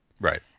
Right